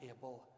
able